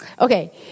okay